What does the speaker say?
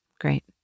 great